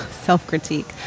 Self-critique